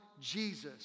Jesus